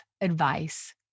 advice